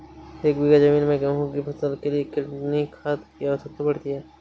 एक बीघा ज़मीन में गेहूँ की फसल के लिए कितनी खाद की आवश्यकता पड़ती है?